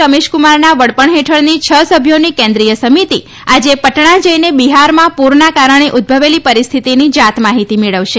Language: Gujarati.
રમેશક્રમારના વડપણ હેઠળની છ સભ્યોની કેન્દ્રીય સમિતિ આજે પટણા જઈને બિહારમાં પૂરના કારણે ઉદભવેલી પરિસ્થિતિની જાત માહિતી મેળવશે